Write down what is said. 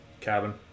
cabin